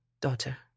daughter